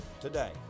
today